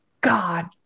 god